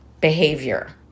behavior